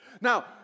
Now